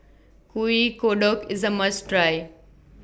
Kuih Kodok IS A must Try